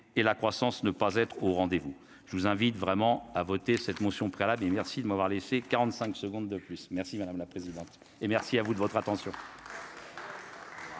et la croissance ne pas être au rendez-vous, je vous invite vraiment à voter cette motion préalable et merci de m'avoir laissé 45 secondes de plus merci madame la présidente, et merci à vous de votre attention.